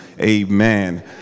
amen